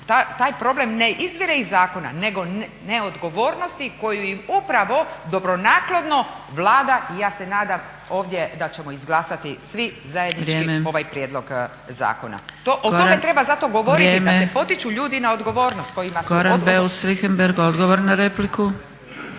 taj problem ne izvire iz zakona nego neodgovornosti koju im upravo dobronaklono Vlada i ja se nadam ovdje da ćemo izglasati svi zajednički ovaj prijedlog. O tome treba zato govoriti da se potiču ljudi na odgovornost. **Zgrebec,